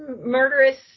murderous